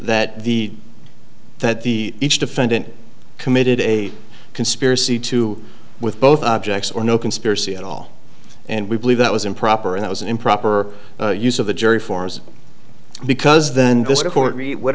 that the that the each defendant committed a conspiracy too with both objects or no conspiracy at all and we believe that was improper and it was an improper use of the jury forms because then